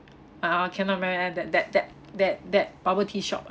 ah cannot meh that that that that that bubble tea shop uh